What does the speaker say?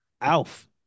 Alf